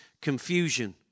confusion